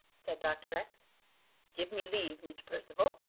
said dr. x give me leave, mr. percival,